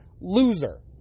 loser